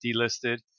delisted